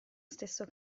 stesso